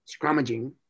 scrummaging